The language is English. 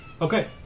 Okay